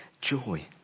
joy